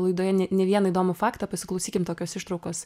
laidoje ne ne vieną įdomų faktą pasiklausykim tokios ištraukos